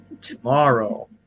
Tomorrow